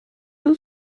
will